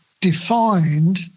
defined